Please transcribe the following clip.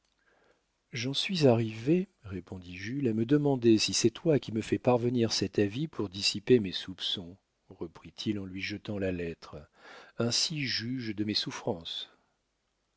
j'en suis arrivé répondit jules à me demander si c'est toi qui me fais parvenir cet avis pour dissiper mes soupçons reprit-il en lui jetant la lettre ainsi juge de mes souffrances